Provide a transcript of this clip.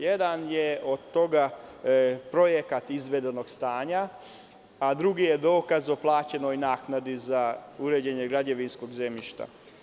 Jedan je projekat izvedenog stanja, a drugi je dokaz o plaćenoj naknadi za uređenje građevinskog zemljišta.